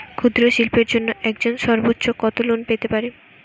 ক্ষুদ্রশিল্পের জন্য একজন সর্বোচ্চ কত লোন পেতে পারে?